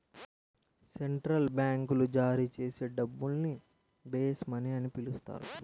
central బ్యాంకులు జారీ చేసే డబ్బుల్ని బేస్ మనీ అని పిలుస్తారు